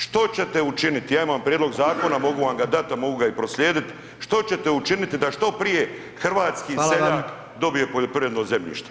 Što ćete učiniti, ja imam prijedlog zakona, mogu vam ga dat a mogu ga i proslijediti, što ćete učiniti da što prije hrvatski seljak dobije poljoprivredno zemljište?